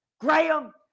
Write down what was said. Graham